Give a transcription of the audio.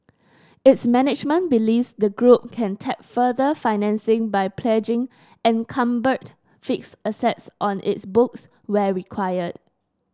its management believes the group can tap further financing by pledging encumbered fixed assets on its books where required